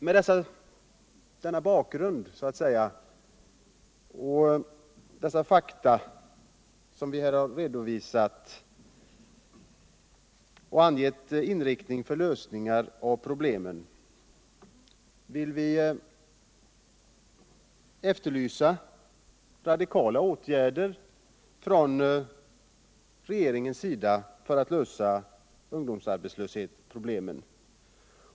Mot bakgrund av de fakta som här redovisats vill vi efterlysa radikala åtgärder från regeringens sida för en lösning av problemet med ungdomarnas arbetslöshet.